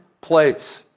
place